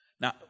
Now